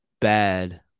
bad